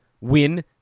win